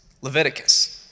Leviticus